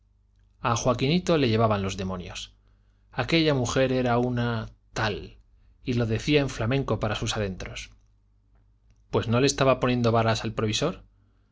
a joaquinito le llevaban los demonios aquella mujer era una tal y lo decía en flamenco para sus adentros pues no le estaba poniendo varas al provisor